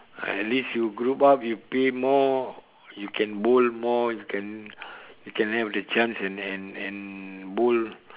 at least you group up you pay more you can bowl more you can you can have the chance and and and bowl